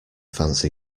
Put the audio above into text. fancy